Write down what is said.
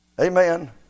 Amen